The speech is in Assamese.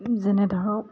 যেনে ধৰক